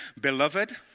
Beloved